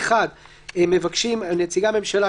מבקשים נציגי הממשלה,